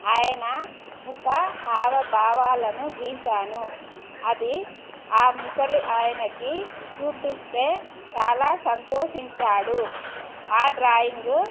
ఆయన ముఖ హావ భావాలను గీసాను అది ఆ ముసలి ఆయనకి చూపిస్తే చాలా సంతోషించాడు ఆ డ్రాయింగ్